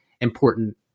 important